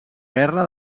guerra